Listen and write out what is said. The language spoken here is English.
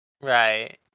Right